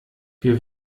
wir